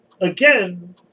Again